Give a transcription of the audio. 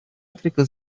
африка